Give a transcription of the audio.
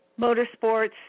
motorsports